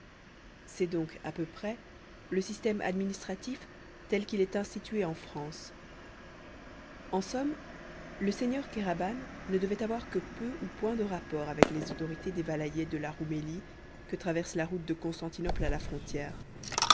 c'est donc à peu près le système administratif tel qu'il est institué en france en somme le seigneur kéraban ne devait avoir que peu ou point de rapport avec les autorités des vilayets de la roumélie que traverse la route de constantinople à la frontière